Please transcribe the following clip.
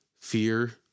fear